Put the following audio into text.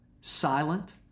silent